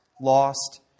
lost